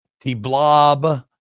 T-blob